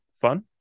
Fun